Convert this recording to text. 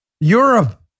Europe